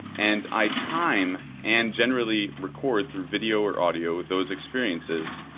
and i time and generally record through video or audio, those experiences.